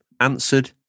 Answered